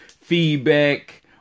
feedback